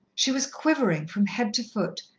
she was quivering from head to foot,